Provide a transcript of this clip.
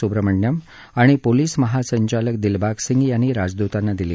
सुब्रमण्यम आणि पोलीस महासंचालक दिलबाग सिंग यांनी राजदुतांना दिली